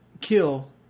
kill